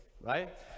right